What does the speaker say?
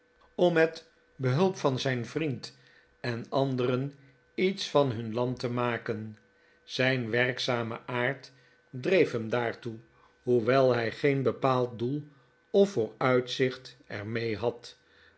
om met behulp van zijn vriend en anderen iets van hun land te maken zijn werkzame aard dreef hem daartoe hoewel hij geen bepaald doel of vooruitzicht er mee had